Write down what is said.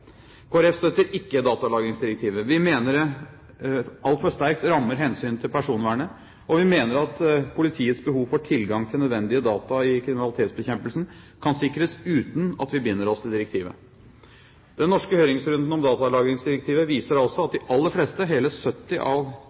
støtter ikke datalagringsdirektivet. Vi mener det altfor sterkt rammer hensynet til personvernet, og vi mener at politiets behov for tilgang til nødvendige data i kriminalitetsbekjempelsen kan sikres uten at vi binder oss til direktivet. Den norske høringsrunden om datalagringsdirektivet viser altså at de aller fleste – hele 70 av